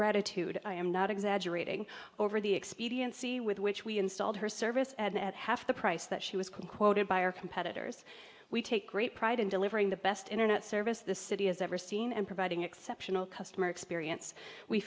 gratitude i am not exaggerating over the expediency with which we installed her service and at half the price that she was quoted by our competitors we take great pride in delivering the best internet service the city has ever seen and providing exceptional customer experience we